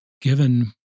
given